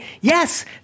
Yes